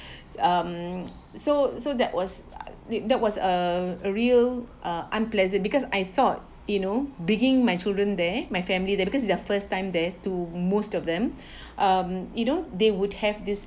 um so so that was that was a real uh unpleasant because I thought you know bringing my children there my family there because this is their first time there to most of them um you know they would have this